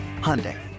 Hyundai